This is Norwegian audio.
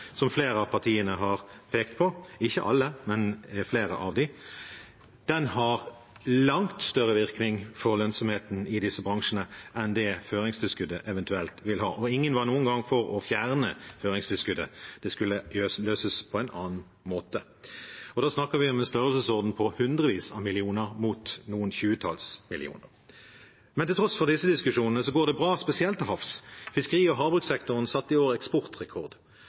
som flere av partiene har pekt på – ikke alle, men flere av dem – har langt større virkning for lønnsomheten i disse bransjene enn det føringstilskuddet eventuelt vil ha. Ingen var noen gang for å fjerne føringstilskuddet. Det skulle løses på en annen måte. Da snakker vi om en størrelsesorden på hundrevis av millioner mot noen tjuetalls millioner. Men til tross for disse diskusjonene går det bra, spesielt til havs. Fiskeri- og havbrukssektoren satte i år eksportrekord.